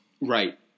Right